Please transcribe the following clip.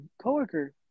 coworker